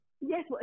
Yes